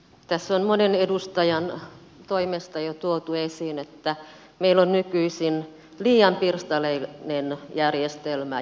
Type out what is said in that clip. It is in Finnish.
tässä on monen edustajan toimesta jo tuotu esiin että meillä on nykyisin liian pirstaleinen järjestelmä